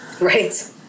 Right